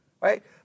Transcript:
right